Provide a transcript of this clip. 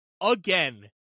again